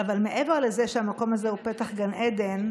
אבל מעבר לזה שהמקום הזה הוא פתח גן עדן,